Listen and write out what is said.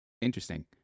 interesting